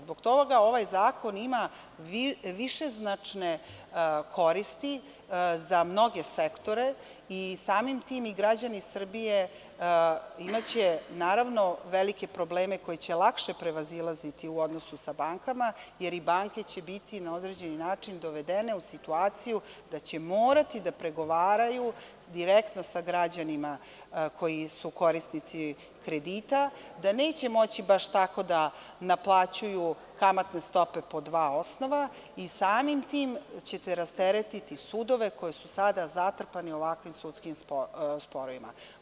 Zbog toga ovaj Zakon ima višeznačne koristi za mnoge sektore i samim tim i građani Srbije imaće, velike probleme koji će lakše prevazilaziti u odnosu sa bankama, jer i banke će biti na određeni način dovedene u situaciju da će morati da pregovaraju direktno sa građanima koji su korisnici kredita, da neće moći baš tako da naplaćuju kamatne stope po dva osnova i samim tim ćete rasteretiti sudove koji su sada zatrpani sudskim sporovima.